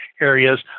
areas